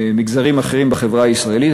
ומגזרים אחרים בחברה הישראלית,